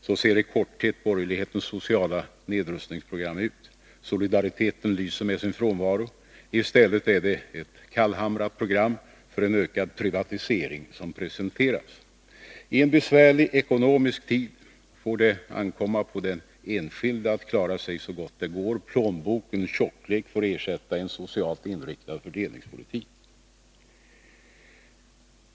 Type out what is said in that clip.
Så ser i korthet borgerlighetens sociala nedrustningsprogram ut. Solidariteten lyser med sin fråvaro. I stället är det ett kallhamrat program för en ökad privatisering som presenteras. I en besvärlig ekonomisk tid får det ankomma på den enskilde att klara sig så gott det går. Plånbokens tjocklek får ersätta en socialt inriktad fördelningspolitik.